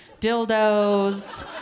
dildos